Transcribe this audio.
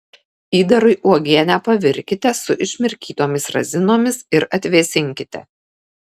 įdarui uogienę pavirkite su išmirkytomis razinomis ir atvėsinkite